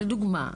לדוגמה,